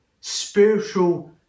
spiritual